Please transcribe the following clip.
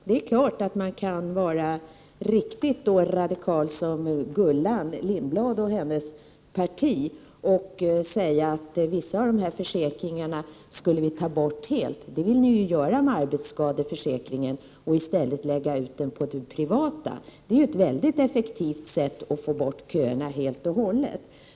Det är klart att man kan vara riktigt radikal, som Gullan Lindblad och hennes parti, och säga att vissa av dessa försäkringar skulle vi ta bort helt. Det vill ni ju göra med arbetsskadeförsäkringen och i stället lägga ut den på det privata. Det är ett mycket effektivt sätt att få bort köerna helt och hållet.